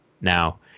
Now